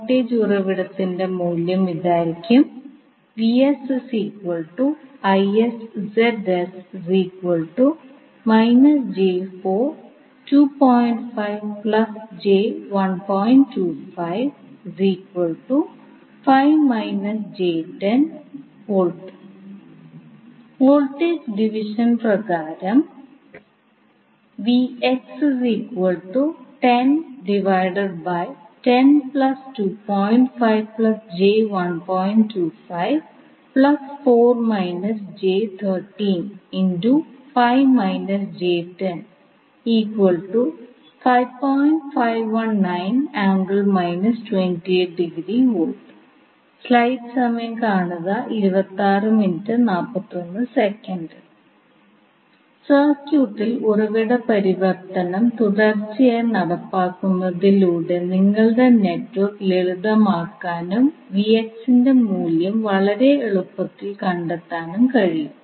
voltage ഉറവിടത്തിന്റെ മൂല്യം ഇതായിരിക്കും വോൾട്ടേജ് ഡിവിഷൻ പ്രകാരം സർക്യൂട്ടിൽ ഉറവിട പരിവർത്തനം തുടർച്ചയായി നടപ്പിലാക്കുന്നതിലൂടെ നിങ്ങൾക്ക് നെറ്റ്വർക്ക് ലളിതമാക്കാനും ന്റെ മൂല്യം വളരെ എളുപ്പത്തിൽ കണ്ടെത്താനും കഴിയും